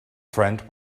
friend